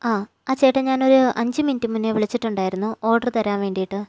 ആ ആ ചേട്ടാ ഞാന് ഒരു അഞ്ച് മിനുട്ട് മുന്നെ വിളിച്ചിട്ടുണ്ടായിരുന്നു ഓര്ഡറ് തരാന് വേണ്ടിയിട്ട്